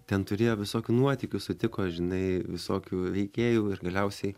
ten turėjo visokių nuotykių sutiko žinai visokių veikėjų ir galiausiai